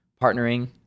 partnering